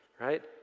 right